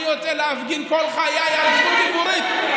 אני יוצא להפגין כל חיי על הזכות, תתבייש לך.